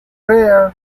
pair